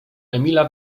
emila